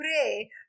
pray